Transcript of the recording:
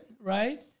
right